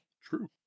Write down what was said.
True